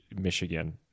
Michigan